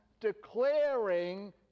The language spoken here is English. declaring